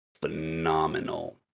phenomenal